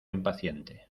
impaciente